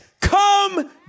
come